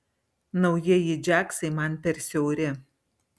naujieji džiaksai man per siauri